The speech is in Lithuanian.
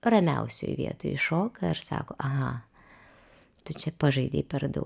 ramiausioj vietoj iššoka ir sako aha tu čia pažaidei per daug